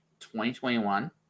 2021